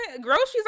groceries